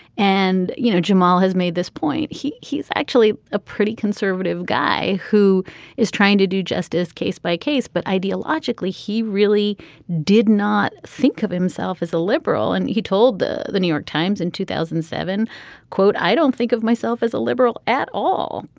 and you know jamal has made this point he. he's actually a pretty conservative guy who is trying to do justice case by case but ideologically he really did not think of himself as a liberal and he told the the new york times in two thousand and seven quote i don't think of myself as a liberal at all.